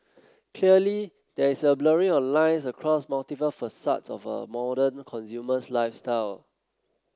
clearly there is a blurring of lines across multiple facets of a modern consumer's lifestyle